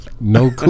No